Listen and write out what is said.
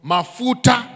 Mafuta